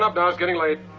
up now, it's getting late.